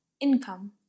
Income